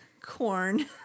Corn